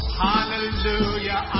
hallelujah